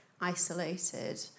isolated